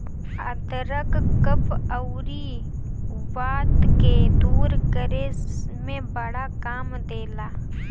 अदरक कफ़ अउरी वात के दूर करे में बड़ा काम देला